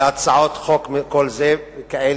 להצעות חוק כאלה,